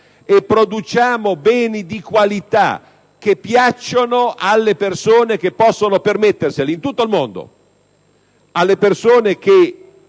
e produciamo beni di qualità che piacciono alle persone che possono permetterseli, in tutto il mondo: